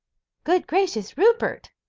good gracious, rupert!